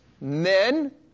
men